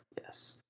Yes